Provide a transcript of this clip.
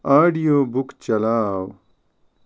audio book چلاو